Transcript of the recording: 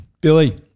Billy